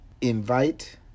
invite